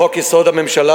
לחוק-יסוד: הממשלה,